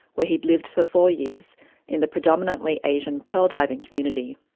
where he'd lived for four years in the predominantly asian pearl diving community,